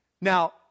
Now